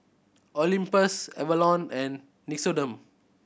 Olympus Avalon and Nixoderm